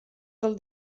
del